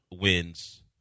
wins